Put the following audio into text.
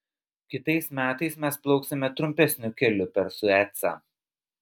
kitais metais mes plauksime trumpesniu keliu per suecą